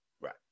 Right